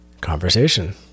conversation